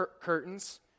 curtains